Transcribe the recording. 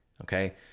okay